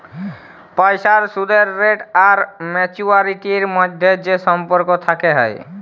পইসার সুদের রেট আর ম্যাচুয়ারিটির ম্যধে যে সম্পর্ক থ্যাকে হ্যয়